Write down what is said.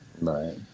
Right